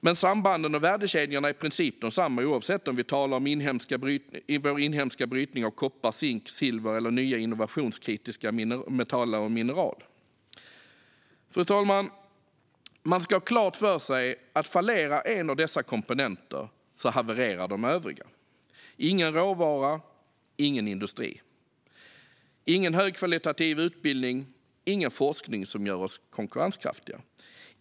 Men sambanden och värdekedjorna är i princip desamma oavsett om vi talar om vår inhemska brytning av koppar, zink och silver eller om nya innovationskritiska metaller och mineral. Fru talman! Man ska ha klart för sig att om en av dessa komponenter fallerar havererar också de övriga. Utan råvara, ingen industri. Utan högkvalitativ utbildning, ingen forskning som gör oss konkurrenskraftiga.